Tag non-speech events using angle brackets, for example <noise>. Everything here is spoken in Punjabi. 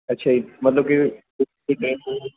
ਅੱਛਾ ਜੀ ਮਤਲਬ ਕਿ <unintelligible>